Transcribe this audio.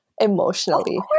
emotionally